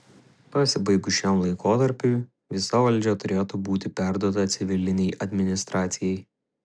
pasibaigus šiam laikotarpiui visa valdžia turėtų būti perduota civilinei administracijai